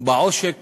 העושק